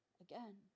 again